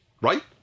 Right